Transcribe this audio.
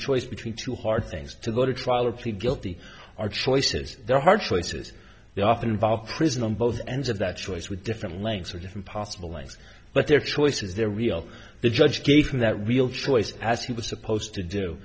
choice between two hard things to go to trial or plead guilty our choices there are hard choices they often involve prison on both ends of that choice with different lengths or different possible lengths but their choice is their real the judge gave them that real choice as he was supposed to do